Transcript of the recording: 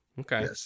Okay